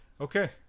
okay